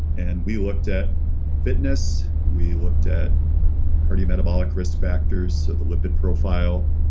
and we looked at fitness, we looked at cardiometabolic risk factors, so the lipid profile,